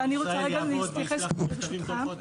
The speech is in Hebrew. ואני רוצה רגע להתייחס ברשותך.